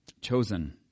chosen